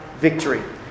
victory